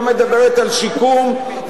לא מדברת על שיקום,